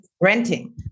renting